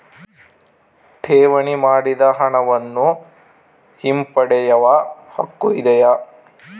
ಠೇವಣಿ ಮಾಡಿದ ಹಣವನ್ನು ಹಿಂಪಡೆಯವ ಹಕ್ಕು ಇದೆಯಾ?